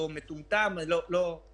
ולכן מה שעשינו דה-פקטו,